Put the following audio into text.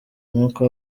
umwuka